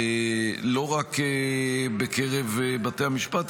לא רק בקרב בתי המשפט,